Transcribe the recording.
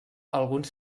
alguns